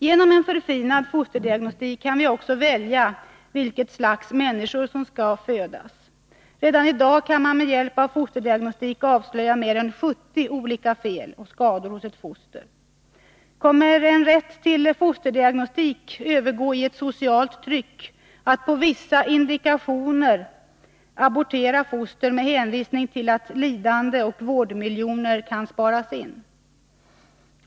Genom en förfinad fosterdiagnostik kan vi också välja vilket slags människor som skall födas. Redan i dag kan man med hjälp av fosterdiagnostik avslöja mer än 70 olika fel och skador hos ett foster. Kommer en rätt till fosterdiagnostik att övergå i ett socialt tryck att på vissa indikationer abortera foster under hänvisning till att lidande och vårdmiljoner kan sparas in?